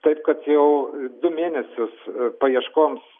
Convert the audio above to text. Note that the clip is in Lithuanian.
taip kad jau du mėnesius paieškoms